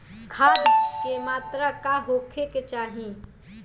खाध के मात्रा का होखे के चाही?